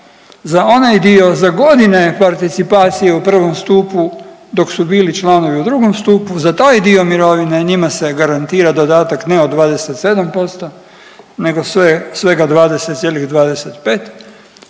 za onaj dio za godine participacije u prvom stupu dok su bili članovi u drugom stupu za taj dio mirovine njima se garantira dodatak ne od 27% nego svega 20,25